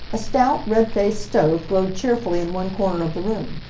a stout, red-faced stove glowed cheerfully in one corner of the room.